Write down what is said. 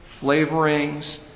flavorings